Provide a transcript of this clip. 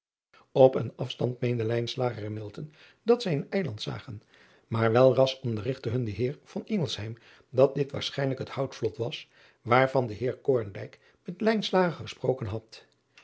p een afstand meenden en dat zij een eiland zagen maar welras onderrigtte hun de eer driaan oosjes zn et leven van aurits ijnslager dat dit waarschijnlijk het houtvlot was waarvan de eer met gesproken had